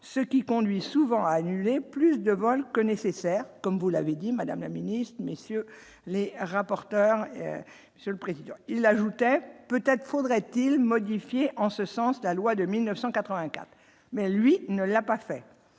ce qui conduit souvent à annuler plus de vols que nécessaire, comme vous l'avez dit, Madame la Ministre, messieurs les rapporteurs, monsieur le président, il ajoutait, peut-être faudrait-il modifier en ce sens de la loi de 1984 mais lui ne l'a pas fait